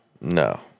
No